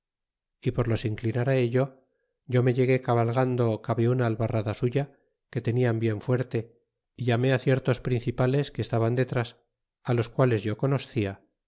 e por los inclinar ello yo me llegué cabalgando cabe una albarrada suya que tenian bien fuerte y llamé á cierto principaes que estaban detrae los males yo